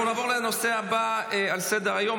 אנחנו נעבור לנושא הבא על סדר-היום,